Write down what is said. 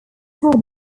study